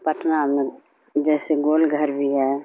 پٹنہ میں جیسے گول گھر بھی ہے